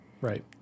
Right